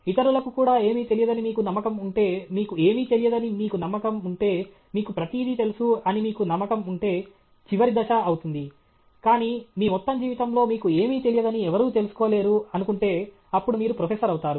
ఇతరులకు కూడా ఏమీ తెలియదని మీకు నమ్మకం ఉంటే మీకు ఏమీ తెలియదని మీకు నమ్మకం ఉంటే మీకు ప్రతిదీ తెలుసు అని మీకు నమ్మకం ఉంటే చివరి దశ అవుతుంది కానీ మీ మొత్తం జీవితంలో మీకు ఏమీ తెలియదని ఎవరూ తెలుసుకోలేరు అనుకుంటే అప్పుడు మీరు ప్రొఫెసర్ అవుతారు